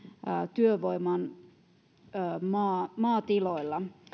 työvoiman maatiloilla